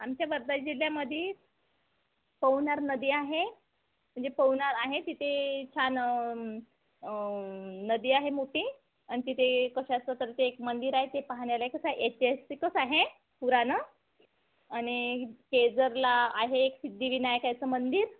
आमच्या वर्धा जिल्ह्यामध्ये पवनार नदी आहे म्हणजे पवनार आहे तिथे छान नदी आहे मोठी आणि तिथे कशाचं तरी ते एक मंदिर आहे ते पाहण्यालायकच आहे ऐतिहासिकच आहे पुराण आणि केळझरला आहे एक सिद्धिविनायकाचं मंदिर